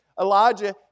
Elijah